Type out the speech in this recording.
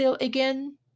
again